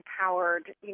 empowered